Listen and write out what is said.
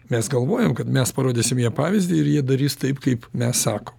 mes galvojom kad mes parodysim jiem pavyzdį ir jie darys taip kaip mes sakom